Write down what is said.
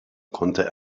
konnte